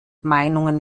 meinungen